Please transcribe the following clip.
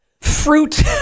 fruit